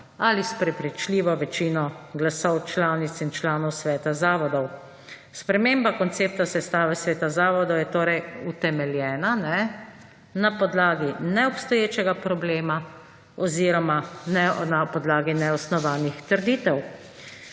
ali s prepričljivo večino glasov članic in članov sveta zavodov. Sprememba koncepta sestave sveta zavodov je torej utemeljena na podlagi neobstoječega problema oziroma na podlagi neosnovanih trditev,